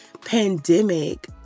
pandemic